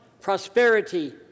prosperity